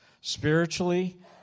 Spiritually